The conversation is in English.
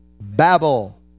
Babel